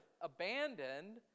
abandoned